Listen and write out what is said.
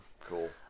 Cool